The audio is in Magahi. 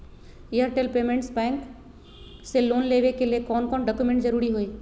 एयरटेल पेमेंटस बैंक से लोन लेवे के ले कौन कौन डॉक्यूमेंट जरुरी होइ?